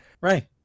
Right